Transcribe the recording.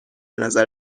نظر